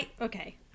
Okay